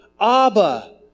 Abba